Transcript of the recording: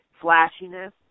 flashiness